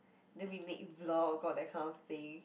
then we made vlog all that kind of thing